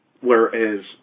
whereas